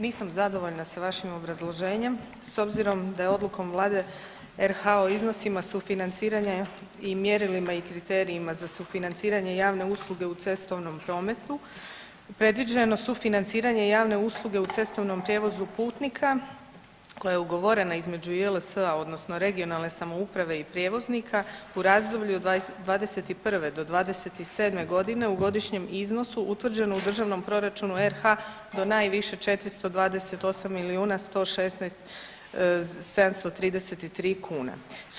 Nisam zadovoljna s vašim obrazloženjem s obzirom da je Odlukom Vlade RH o iznosima sufinanciranja i mjerilima i kriterijima za sufinanciranje javne usluge u cestovnom prometu predviđeno sufinanciranje javne usluge u cestovnom prijevozu putnika koja je ugovorena između JLS-a odnosno regionalne samouprave i prijevoznika u razdoblju '21.-'27. g. u godišnjem iznosu utvrđenom u državnom proračunu RH do najviše 428 116 733 kune.